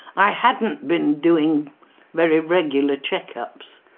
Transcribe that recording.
i hadn't been doing very regular check-ups,